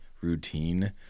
routine